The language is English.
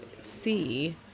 see